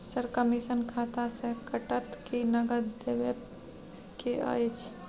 Sir, commission खाता से कटत कि नगद देबै के अएछ?